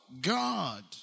God